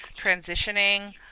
transitioning